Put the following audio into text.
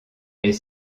est